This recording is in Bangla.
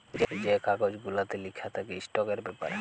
যে কাগজ গুলাতে লিখা থ্যাকে ইস্টকের ব্যাপারে